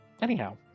Anyhow